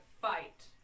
fight